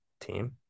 team